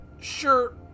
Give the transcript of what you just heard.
Sure